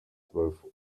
zwölf